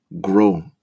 grow